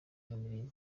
irimbi